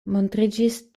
montriĝis